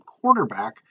quarterback